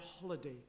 holiday